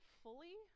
fully